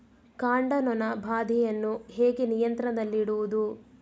ಕಾಂಡ ನೊಣ ಬಾಧೆಯನ್ನು ಹೇಗೆ ನಿಯಂತ್ರಣದಲ್ಲಿಡುವುದು?